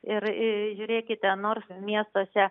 ir žiūrėkite nors miestuose